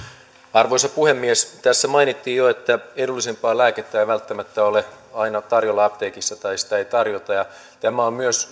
arvoisa puhemies tässä mainittiin jo että edullisempaa lääkettä ei välttämättä ole aina tarjolla apteekissa tai sitä ei tarjota tämä on myös